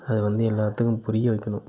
அதை வந்து எல்லாத்துக்கும் புரிய வைக்கணும்